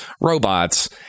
robots